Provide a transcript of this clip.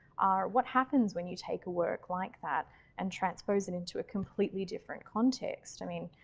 are what happens when you take a work like that and transpose it into a completely different context. i mean,